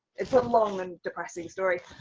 it's a long and depressing story.